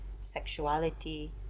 sexuality